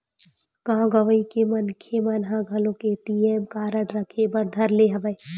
गाँव गंवई के मनखे मन ह घलोक ए.टी.एम कारड रखे बर धर ले हवय